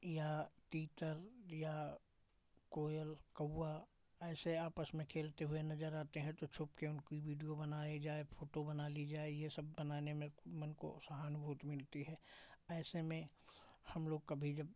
या तीतर या कोयल कौआ ऐसे आपस में खेलते हुए नज़र आते हैं कि छुप के इनकी वीडियो बनाई जाए फोटो बना ली जाए ये सब बनाने में मन को सहानुभूति मिलती है ऐसे में हम लोग कभी जब